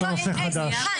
סליחה,